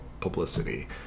publicity